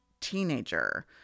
teenager